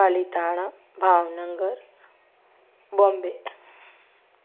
Palitana Bhavnagar Bombay